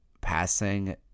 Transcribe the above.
passing